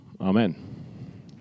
Amen